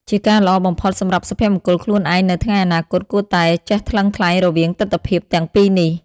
ជាការល្អបំផុតសម្រាប់សុភមង្គលខ្លួនឯងនៅថ្ងៃអនាគត គួរតែចេះថ្លឹងថ្លែងរវាងទិដ្ឋភាពទាំងពីរនេះ។